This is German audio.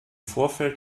vorfeld